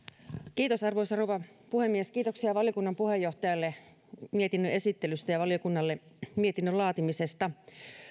hyvä arvoisa rouva puhemies kiitoksia valiokunnan puheenjohtajalle mietinnön esittelystä ja valiokunnalle mietinnön laatimisesta